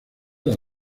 las